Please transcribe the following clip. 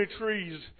trees